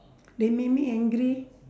they make me angry